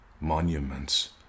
monuments